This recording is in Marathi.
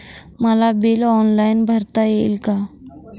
मला बिल ऑनलाईन भरता येईल का?